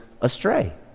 astray